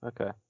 okay